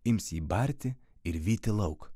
ims jį barti ir vyti lauk